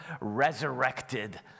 resurrected